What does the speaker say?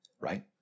right